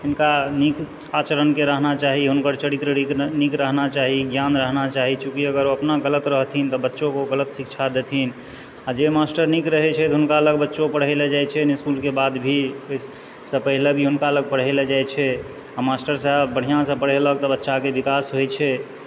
हुनका नीक आचरणके रहना चाही हुनकर चरित्र नीक रहना चाही ज्ञान रहना चाही चुँकि अगर अपना गलत रहथिन तऽ बच्चोकेँ गलत शिक्षा देथिन आ जे मास्टर नीक रहै छै हुनका लग बच्चो पढ़ै लऽ जाइत छै इसकुलके बाद भी एहिसँ पहिले भी हुनका लए पढ़ैला जाइत छै मास्टर साहेब बढ़िआँसँ पढ़ेलक तऽ बच्चाकेँ विकास होइत छै